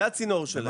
זה הצינור שלהם.